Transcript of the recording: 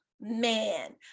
man